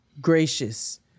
gracious